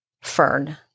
Fern